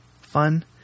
fun